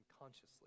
consciously